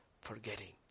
Forgetting